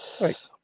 Right